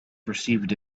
perceived